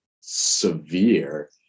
severe